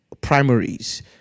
primaries